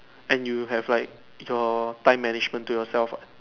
and you have like your time management to yourself what